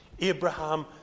Abraham